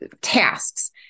tasks